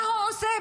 מה הוא עושה?